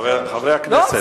חברי הכנסת,